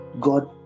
God